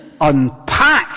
unpack